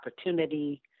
opportunity